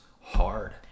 hard